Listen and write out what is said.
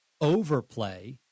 overplay